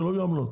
שלא יהיו עמלות.